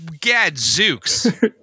gadzooks